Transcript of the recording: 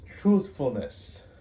truthfulness